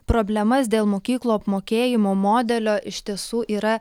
problemas dėl mokyklų apmokėjimo modelio iš tiesų yra